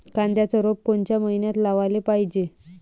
कांद्याचं रोप कोनच्या मइन्यात लावाले पायजे?